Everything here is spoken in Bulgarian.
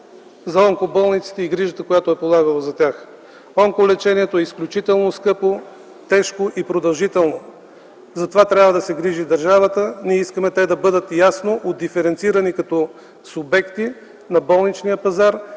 за онкоболниците и грижите, които е полагало за тях. Онколечението е изключително скъпо, тежко и продължително. Затова трябва да се грижи държавата. Ние искаме те да бъдат ясно отдиференцирани като субекти на болничния пазар